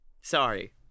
Sorry